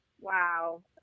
wow